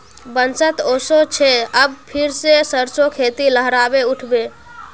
बसंत ओशो छे अब फिर से सरसो खेती लहराबे उठ बे